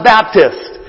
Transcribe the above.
Baptist